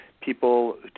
people